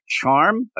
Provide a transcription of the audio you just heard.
Charm